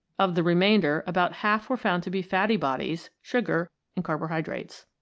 of the remainder about half were found to be fatty bodies, sugar, and carbohydrates.